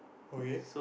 okay